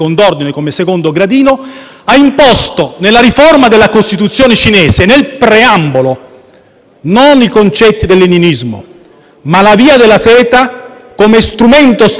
i concetti del leninismo, ma la Via della Seta come strumento strategico per imporre il dominio della Cina, ribaltare il quadro delle alleanze e far soccombere l'Occidente.